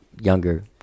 younger